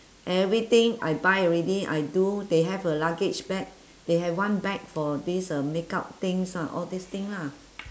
everything I buy already I do they have a luggage bag they have one bag for these uh makeup things ah all these thing lah